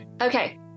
Okay